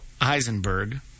Eisenberg